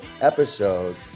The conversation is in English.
episode